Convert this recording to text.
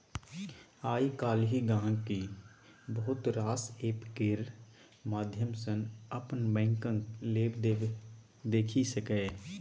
आइ काल्हि गांहिकी बहुत रास एप्प केर माध्यम सँ अपन बैंकक लेबदेब देखि सकैए